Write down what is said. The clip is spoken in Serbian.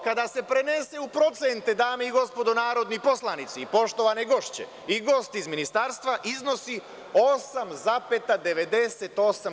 Kada se to prenese u procente dame i gospodo narodni poslanici, poštovane gošće i gosti iz ministarstva iznosi 8,98%